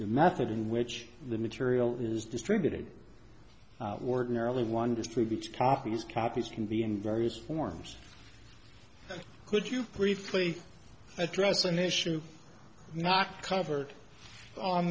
the method in which the material is distributed ordinarily one distributes copies copies can be in various forms could you briefly address an issue not covered on